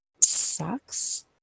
sucks